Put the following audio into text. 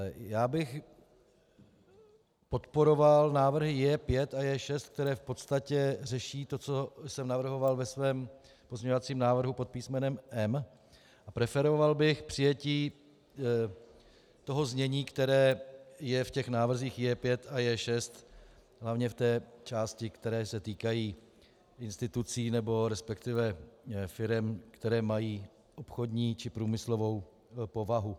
Já bych podporoval návrhy J5 a J6, které v podstatě řeší to, co jsem navrhoval ve svém pozměňovacím návrhu pod písmenem M, a preferoval bych přijetí toho znění, které je v návrzích J5 a J6, hlavně v té části, která se týká institucí, resp. firem, které mají obchodní či průmyslovou povahu.